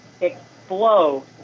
explode